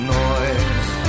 noise